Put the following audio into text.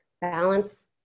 balance